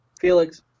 Felix